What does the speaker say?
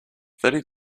thirty